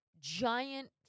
giant